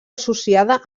associada